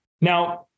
Now